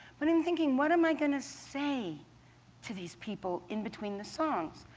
but i'm thinking, what am i going to say to these people in between the songs?